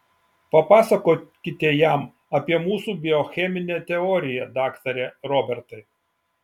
papasakokite jam apie mūsų biocheminę teoriją daktare robertai